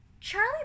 Charlie